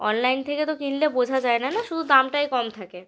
online থেকে তো কিনলে বোঝা যায় না নাহ শুধু দামটাই কম থাকে